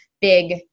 big